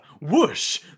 Whoosh